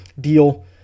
deal